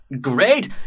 Great